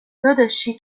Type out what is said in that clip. داداشی